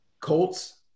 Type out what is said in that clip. Colts